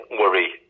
worry